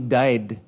died